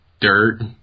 dirt